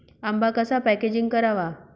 आंबा कसा पॅकेजिंग करावा?